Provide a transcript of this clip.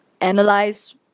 analyze